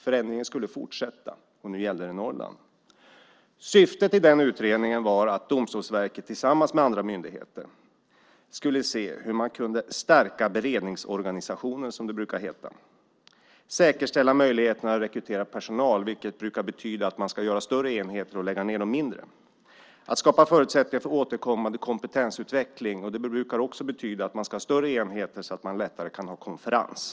Förändringen skulle fortsätta, och nu gällde det Norrland. Syftet med den utredningen var att Domstolsverket tillsammans med andra myndigheter skulle se hur man kunde stärka beredningsorganisationen, som det brukar heta. Det handlade om att säkerställa möjligheterna att rekrytera personal, vilket brukar betyda att man ska göra större enheter och lägga ned de mindre. Det handlade också om att skapa förutsättningar för återkommande kompetensutveckling, och det brukar också betyda att man ska ha större enheter så att man lättare kan ha konferens.